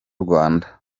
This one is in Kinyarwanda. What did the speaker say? rwanda